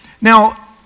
Now